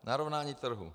Narovnání trhu.